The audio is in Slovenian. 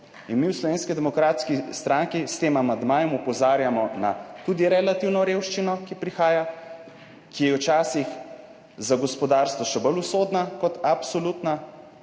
Mi v Slovenski demokratski stranki s tem amandmajem opozarjamo na tudi relativno revščino, ki prihaja, ki je včasih za gospodarstvo še bolj usodna kot absolutna.